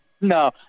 No